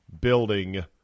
building